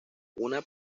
una